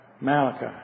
Malachi